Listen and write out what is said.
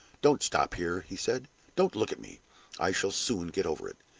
don't stop here, he said don't look at me i shall soon get over it.